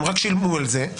הם רק שילמו על זה.